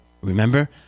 Remember